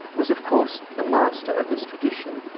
was of course the master of this tradition.